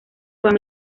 fama